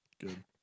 Good